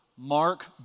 Mark